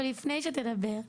אבל לפני שתדבר,